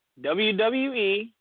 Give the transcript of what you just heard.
WWE